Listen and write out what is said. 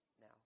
now